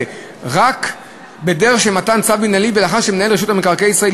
רק בדרך של מתן צו מינהלי ולאחר שרשות מקרקעי ישראל,